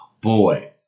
Boy